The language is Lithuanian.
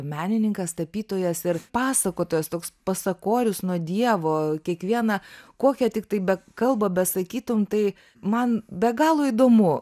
menininkas tapytojas ir pasakotojas toks pasakorius nuo dievo kiekvieną kokią tiktai be kalbą besakytum tai man be galo įdomu